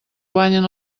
guanyen